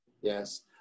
Yes